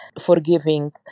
forgiving